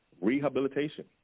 Rehabilitation